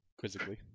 quizzically